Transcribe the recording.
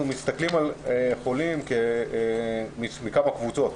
אנחנו מסתכלים על חולים מכמה קבוצות.